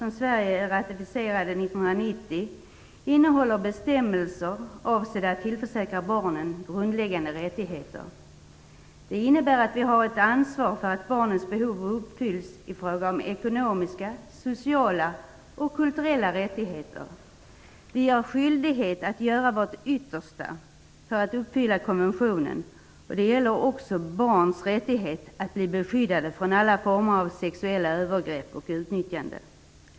Sverige ratificerade 1990 innehåller bestämmelser som är avsedda att tillförsäkra barnen grundläggande rättigheter. Det innebär att vi har ett ansvar för att barnens behov uppfylls i fråga om ekonomiska, sociala, och kulturella rättigheter. Vi har skyldighet att göra vårt yttersta för att uppfylla konventionen. Det gäller också barns rättighet att bli beskyddade från alla former av sexuella övergrepp och utnyttjanden.